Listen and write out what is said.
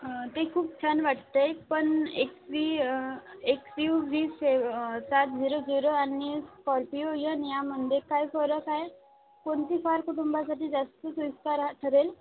ते खूप छान वाटत आहे पण X V X U V seven सात झिरो झिरो आणि स्कॉर्पियो यन यामध्ये काय फरक हाय कोणती फार कुटुंबासाठी जास्त सोयीस्कर हा ठरेल